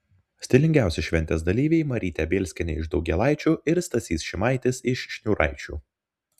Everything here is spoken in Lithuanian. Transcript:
stilingiausi šventės dalyviai marytė bielskienė iš daugėlaičių ir stasys šimaitis iš šniūraičių